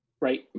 right